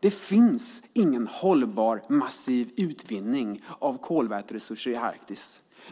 Det finns ingen hållbar massiv utvinning av kolväteresurser i Arktis.